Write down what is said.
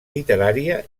literària